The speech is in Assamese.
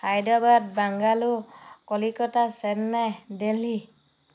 হায়দৰাবাদ বাংগালোৰ কলিকতা চেন্নাই দেলহী